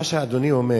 מה שאדוני אומר